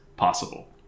possible